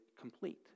complete